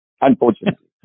unfortunately